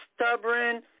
stubborn